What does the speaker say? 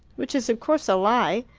which is, of course, a lie.